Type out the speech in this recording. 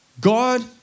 God